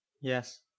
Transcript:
Yes